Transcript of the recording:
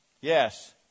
Yes